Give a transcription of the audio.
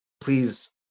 please